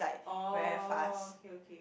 oh okay okay